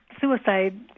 suicide